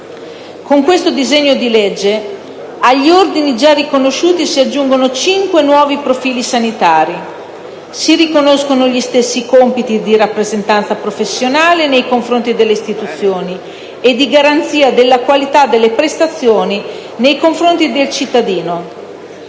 Con il disegno di legge in esame, agli ordini già riconosciuti si aggiungono cinque nuovi profili sanitari. Si riconoscono gli stessi compiti di rappresentanza professionale nei confronti delle istituzioni e di garanzia della qualità delle prestazioni nei confronti del cittadino.